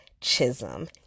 Chisholm